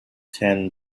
ten